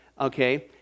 Okay